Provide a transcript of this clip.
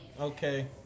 Okay